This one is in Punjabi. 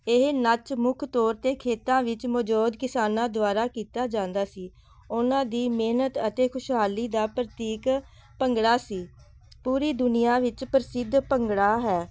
ਇਹ ਨੱਚ ਮੁੱਖ ਤੌਰ 'ਤੇ ਖੇਤਾਂ ਵਿੱਚ ਮੌਜੂਦ ਕਿਸਾਨਾਂ ਦੁਆਰਾ ਕੀਤਾ ਜਾਂਦਾ ਸੀ ਉਹਨਾਂ ਦੀ ਮਿਹਨਤ ਅਤੇ ਖੁਸ਼ਹਾਲੀ ਦਾ ਪ੍ਰਤੀਕ ਭੰਗੜਾ ਸੀ ਪੂਰੀ ਦੁਨੀਆਂ ਵਿੱਚ ਪ੍ਰਸਿੱਧ ਭੰਗੜਾ ਹੈ